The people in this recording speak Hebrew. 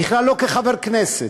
בכלל לא כחבר כנסת.